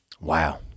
Wow